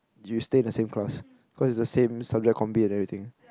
you stay the same class cause it's the same subject combi and everything